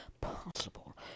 possible